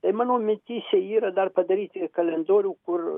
tai mano mintyse yra dar padaryti kalendorių kur